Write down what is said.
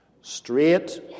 Straight